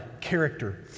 character